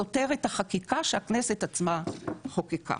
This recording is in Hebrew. סותר את החקיקה שהכנסת עצמה חוקקה.